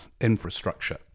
infrastructure